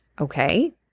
Okay